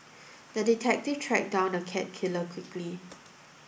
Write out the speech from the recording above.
the detective tracked down the cat killer quickly